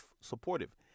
supportive